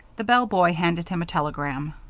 the bellboy handed him a telegram.